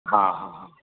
હા હા હા